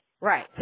Right